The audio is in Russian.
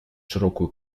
широкую